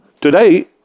Today